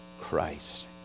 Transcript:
Christ